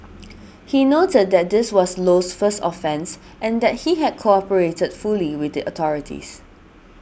he noted that this was Low's first offence and that he had cooperated fully with the authorities